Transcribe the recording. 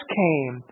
came